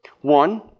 One